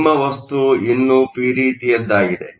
ನಿಮ್ಮ ವಸ್ತು ಇನ್ನೂ ಪಿ ರೀತಿಯದ್ದಾಗಿದೆ